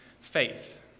faith